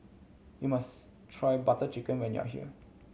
you must try Butter Chicken when you are here